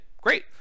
great